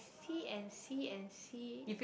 see and see and see